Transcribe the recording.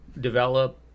develop